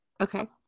Okay